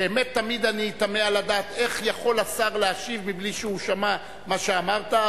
באמת תמיד אני תמה לדעת איך יכול השר להשיב מבלי שהוא שמע מה שאמרת,